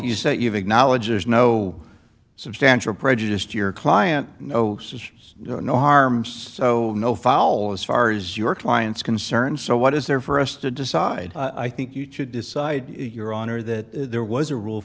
acknowledged there is no substantial prejudiced your client no no no harm so no foul this far is your client's concern so what is there for us to decide i think you should decide your honor that there was a rule